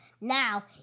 Now